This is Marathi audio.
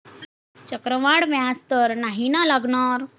चक्रवाढ व्याज तर नाही ना लागणार?